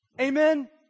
Amen